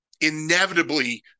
inevitably